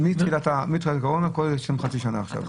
כלומר, מתחילת הקורונה, כולל שהם חצי שנה עכשיו.